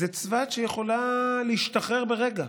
זו צבת שיכולה להשתחרר ברגע.